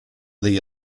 degli